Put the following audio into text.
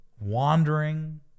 wandering